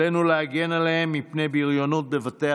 עלינו להגן עליהם מפני בריונות בבתי